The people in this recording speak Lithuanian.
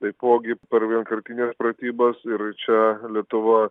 taipogi per vienkartines pratybas ir čia lietuva